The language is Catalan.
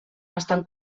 estan